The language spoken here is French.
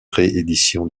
réédition